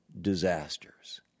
disasters